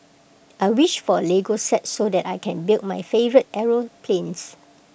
I wished for A Lego set so that I can build my favourite aeroplanes